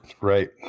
Right